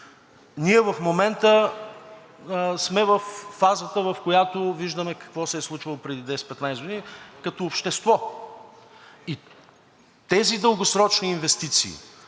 Ние в момента сме във фазата, в която виждаме какво се е случвало преди 10 – 15 години като общество. Тези дългосрочни инвестиции,